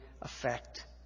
effect